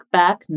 back